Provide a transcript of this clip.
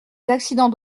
d’accidents